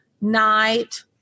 night